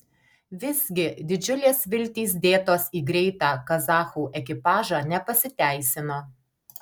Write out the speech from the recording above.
visgi didžiulės viltys dėtos į greitą kazachų ekipažą nepasiteisino